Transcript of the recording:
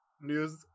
news